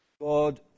God